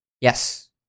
Yes